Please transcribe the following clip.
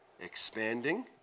expanding